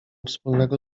wspólnego